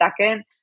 second